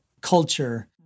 culture